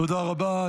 תודה רבה.